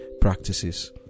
practices